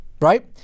Right